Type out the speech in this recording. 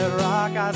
rock